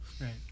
Right